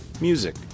music